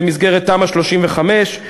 במסגרת תמ"א 35,